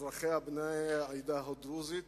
אזרחיה בני העדה הדרוזית,